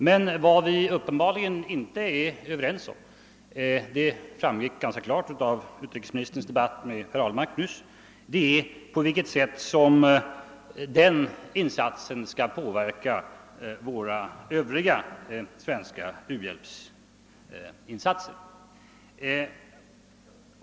Men vad vi uppenbarligen inte är överens om — det framgick ganska klart av utrikesministerns debatt med herr Ahlmark nyss — är på vilket sätt den insatsen skall påverka vår Övriga svenska u-hjälp.